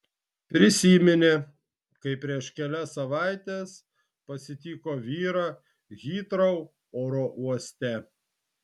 prisiminė kaip prieš kelias savaites pasitiko vyrą hitrou oro uoste